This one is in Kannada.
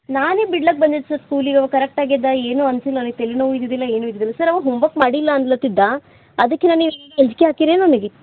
ನಾನೇ ಬಿಡ್ಲಾಕ ಬಂದಿದ್ದೆ ಸರ್ ಸ್ಕೂಲಿಗೆ ಅವಾಗ ಕರೆಕ್ಟಾಗಿದ್ದ ಏನೂ ಅನಿಸಿಲ್ಲ ಅವ್ನಿಗೆ ತಲೆನೋವು ಇದ್ದಿದ್ದಿಲ್ಲ ಏನೂ ಇದ್ದಿದ್ದಿಲ್ಲ ಸರ್ ಅವ ಹೋಮ್ವರ್ಕ್ ಮಾಡಿಲ್ಲ ಅನ್ಲತ್ತಿದ್ದ ಅದಿಕ್ಕೆನು ನೀವು ಅಂಜಿಕೆ ಹಾಕಿರೇನು ಅವ್ನಿಗೆ